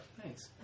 Thanks